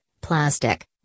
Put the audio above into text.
plastic